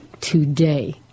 today